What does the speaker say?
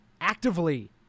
actively